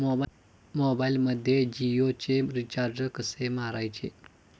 मोबाइलमध्ये जियोचे रिचार्ज कसे मारायचे?